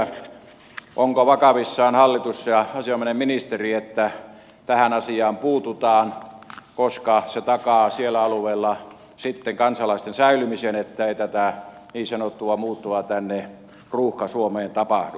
onko vakavissaan hallitus ja asianomainen ministeri että tähän asiaan puututaan koska se takaa sitten siellä alueella kansalaisten säilymisen että ei tätä niin sanottua muuttoa tänne ruuhka suomeen tapahdu